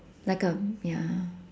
like uh ya